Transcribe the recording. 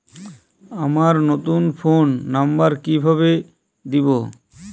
আমার নতুন phone number কিভাবে দিবো?